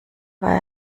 war